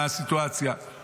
הסיטואציה מתחילה להתהפך.